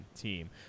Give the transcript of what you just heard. team